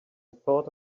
thought